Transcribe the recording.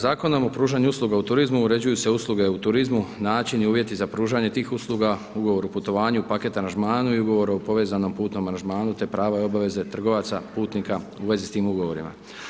Zakonom o pružanju usluga u turizmu uređuju se usluge u turizmu, način i uvjeti za pružanje tih usluga, ugovor o putovanju, paket aranžmanu i ugovor o povezanom putnom aranžmanu, te prava i obaveze trgovaca, putnika u vezi s tim ugovorima.